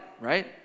right